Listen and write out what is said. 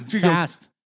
fast